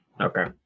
Okay